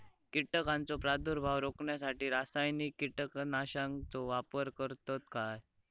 कीटकांचो प्रादुर्भाव रोखण्यासाठी रासायनिक कीटकनाशकाचो वापर करतत काय?